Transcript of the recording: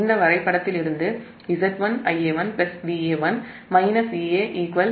இந்த வரைபடத்திலிருந்து Z1 Ia1 Va1- Ea 0